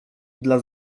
dla